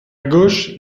gauche